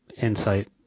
insight